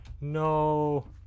No